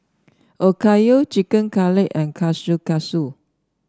Okayu Chicken Cutlet and Kushikatsu